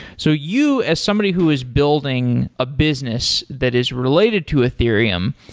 so you as somebody who is building a business that is related to ethereum,